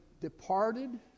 departed